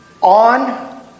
on